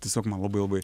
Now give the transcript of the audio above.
tiesiog man labai labai